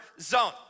zone